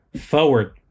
forward